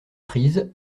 prise